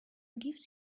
gives